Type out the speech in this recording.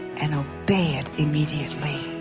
and obey it immediately.